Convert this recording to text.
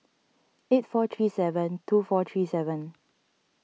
eight four three seven two four three seven